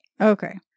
Okay